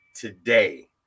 today